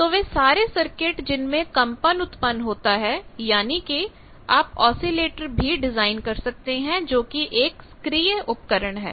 तो वे सारे सर्किट जिनमें कंपन उत्पन्न होता है यानी कि आप औसीलेटर भी डिजाइन कर सकते हैं जो कि एक सक्रिय उपकरण है